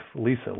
Lisa